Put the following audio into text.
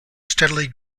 steadily